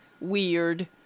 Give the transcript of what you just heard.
weird